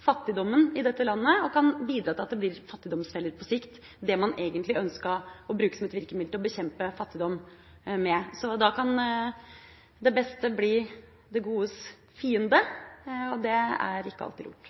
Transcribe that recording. fattigdommen i dette landet, og det kan bidra til at det man egentlig ønsket å bruke som et virkemiddel til å bekjempe fattigdom med, blir til en fattigdomsfelle på sikt. Så da kan det beste bli det godes fiende, og det er ikke alltid lurt.